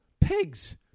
pigs